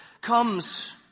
comes